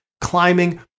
climbing